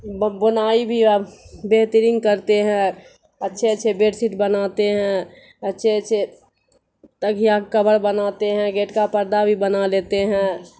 بنائی بھی بہترین کرتے ہیں اچھے اچھے بیڈ شیٹ بناتے ہیں اچھے اچھے تگیا کور بناتے ہیں گیٹ کا پردہ بھی بنا لیتے ہیں